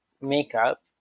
makeup